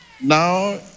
Now